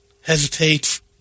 hesitates